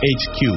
hq